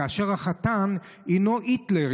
כאשר החתן הינו היטלר,